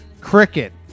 cricket